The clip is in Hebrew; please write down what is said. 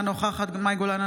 אינה נוכחת מאי גולן,